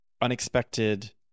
unexpected